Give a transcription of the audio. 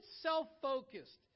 self-focused